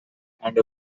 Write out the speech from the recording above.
and